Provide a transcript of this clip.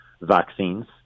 vaccines